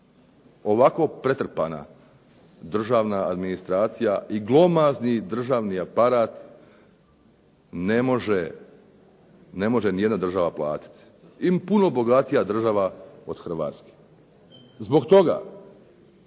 Ovako pretrpana državna administracija i glomazni državni aparat ne može nijedna država platiti i puno bogatija država od Hrvatske. Zbog toga